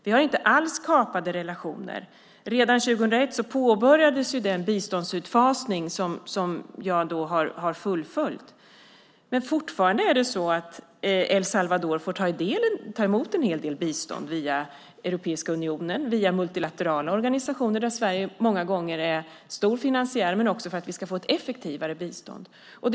Vi har inte alls kapade relationer. Redan 2001 påbörjades den biståndsutfasning som jag har fullföljt. Men El Salvador får fortfarande ta emot en hel del bistånd via Europeiska unionen och via multilaterala organisationer där Sverige många gånger är en stor finansiär. Det handlar också om att vi ska få ett effektivare bistånd.